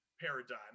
paradigm